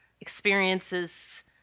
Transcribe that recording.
experiences